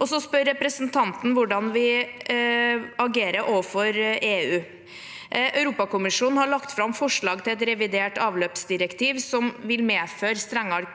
Representanten spør hvordan vi agerer overfor EU. Europakommisjonen har lagt fram forslag til et revidert avløpsdirektiv som vil medføre strengere